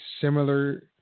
similar